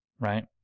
right